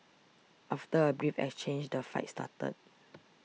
after a brief exchange the fight started